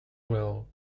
well